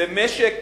זה משק